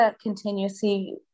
continuously